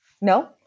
no